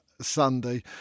Sunday